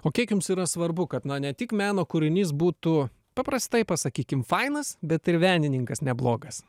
o kiek jums yra svarbu kad na ne tik meno kūrinys būtų paprastai pasakykim fainas bet ir venininkas neblogas